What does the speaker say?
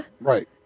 Right